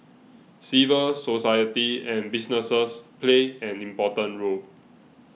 civil society and businesses play an important role